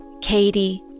Katie